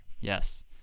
Yes